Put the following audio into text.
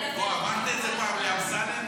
אמרת את זה פעם לאמסלם?